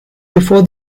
before